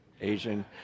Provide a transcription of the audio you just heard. Asian